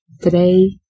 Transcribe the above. today